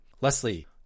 Leslie